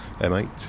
M8